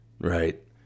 right